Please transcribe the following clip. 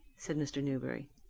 said mr. newberry.